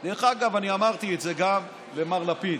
דרך אגב, אני אמרתי את זה גם למר לפיד,